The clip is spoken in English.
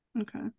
okay